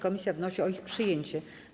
Komisja wnosi o ich przyjęcie.